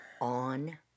on